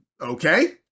Okay